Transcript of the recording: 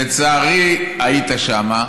לצערי היית שם,